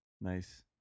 Nice